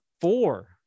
four